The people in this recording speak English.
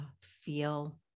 feel